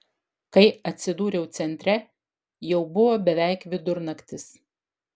kai atsidūriau centre jau buvo beveik vidurnaktis